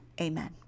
Amen